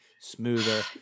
smoother